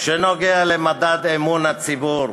שנוגע למדד אמון הציבור,